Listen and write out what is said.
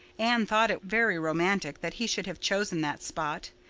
anne thought it very romantic that he should have chosen that spot.